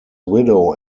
widow